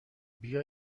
بیا